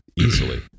easily